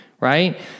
right